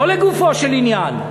לא לגופו של עניין,